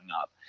up